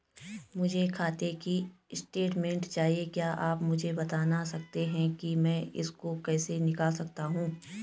मुझे खाते की स्टेटमेंट चाहिए क्या आप मुझे बताना सकते हैं कि मैं इसको कैसे निकाल सकता हूँ?